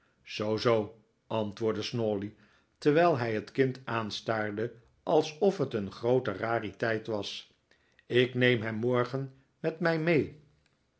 zoo zoo antwoordde snawley terwijl hij het kind aanstaarde alsof het een groote rariteit was ik neem hem morgen met mij mee